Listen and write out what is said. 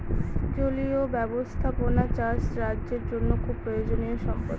জলীয় ব্যাবস্থাপনা চাষ রাজ্যের জন্য খুব প্রয়োজনীয়ো সম্পদ